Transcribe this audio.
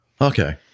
Okay